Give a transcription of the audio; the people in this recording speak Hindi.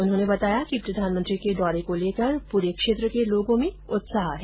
उन्होंने बताया कि प्रधानमंत्री के दौरे को लेकर पूरे क्षेत्र के लोगों में उत्साह है